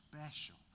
special